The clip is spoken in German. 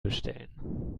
bestellen